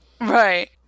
right